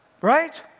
right